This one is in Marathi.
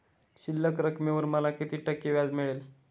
शिल्लक रकमेवर मला किती टक्के व्याज मिळेल?